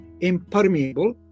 impermeable